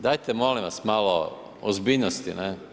Dajte, molim vas, malo ozbiljnosti.